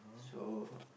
so